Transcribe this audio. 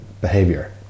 behavior